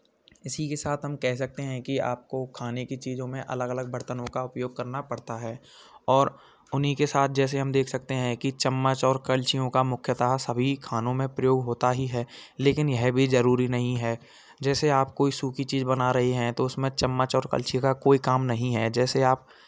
इसी के साथ हम कह सकते हैं कि आपको खाने की चीज़ों में अलग अलग बर्तनों का उपयोग करना पड़ता है और उन्हीं के साथ जैसे हम देख सकते हैं कि चम्मच और कलछियों का मुख्यतः सभी खानों में प्रयोग होता ही है लेकिन यह भी ज़रूरी नहीं है जैसे आप कोई सूखी चीज़ बना रहे हैं तो उसमे चम्मच और कलछी का कोई काम नहीं है जैसे आप